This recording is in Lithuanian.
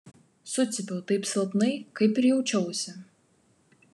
sucypiau taip silpnai kaip ir jaučiausi